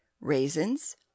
raisins